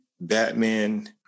Batman